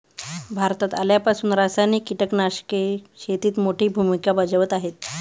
भारतात आल्यापासून रासायनिक कीटकनाशके शेतीत मोठी भूमिका बजावत आहेत